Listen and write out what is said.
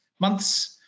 months